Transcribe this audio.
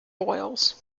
boils